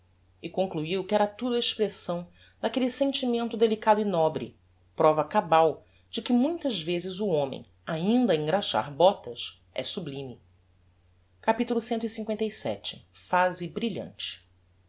e concluiu que era tudo a expressão daquelle sentimento delicado e nobre prova cabal de que muitas vezes o homem ainda a engraxar botas é sublime capitulo clvii phase brilhante